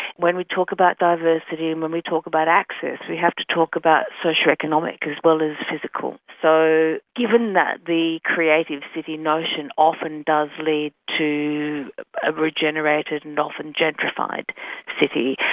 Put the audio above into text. when we talk about diversity and when we talk about access we have to talk about socio-economic as well as physical. so, given that the creative city notion often does lead to a regenerated and often gentrified city,